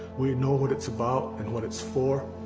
we know what it's about and what it's for.